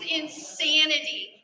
insanity